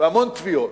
והמון תביעות,